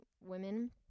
women